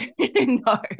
no